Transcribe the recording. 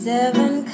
Seven